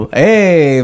hey